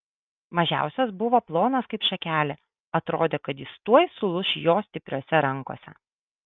mažiausias buvo plonas kaip šakelė atrodė kad jis tuoj sulūš jo stipriose rankose